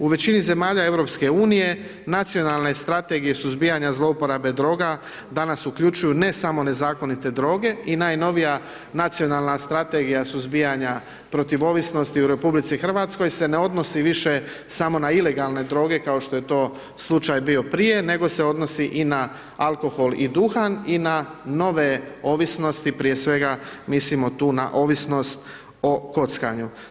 U većini zemalja EU-a nacionalne strategije suzbijanja zloporabe droga danas uključuju ne samo nezakonite droge i najnovija nacionalna Strategija suzbijanja protiv ovisnosti u RH se ne odnosi više samo na ilegalne droge kao što je to slučaj bio prije, nego se odnosi i na alkohol i duhan i na nove ovisnosti prije svega mislimo tu na ovisnost o kockanju.